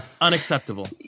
Unacceptable